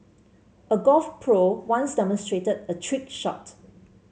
a golf pro once demonstrated a trick shot